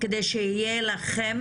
כדי שיהיה לכם,